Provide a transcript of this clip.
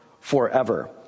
forever